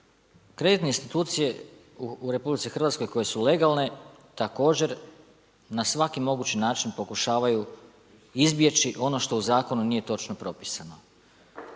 kreditne institucije u RH koje su legalne, također na svaki mogući način pokušavaju izbjeći ono što u zakonu nije točno propisano.